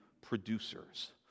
producers